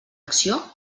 acció